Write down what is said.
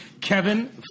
Kevin